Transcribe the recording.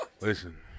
Listen